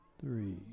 Three